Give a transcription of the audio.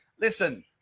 Listen